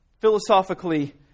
philosophically